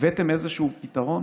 הבאתם איזשהו פתרון?